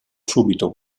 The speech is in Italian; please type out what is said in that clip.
subito